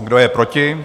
Kdo je proti?